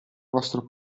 vostro